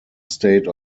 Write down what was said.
state